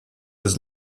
his